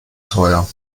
teuer